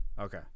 Okay